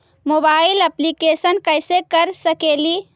Mobile application कैसे कर सकेली?